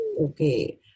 Okay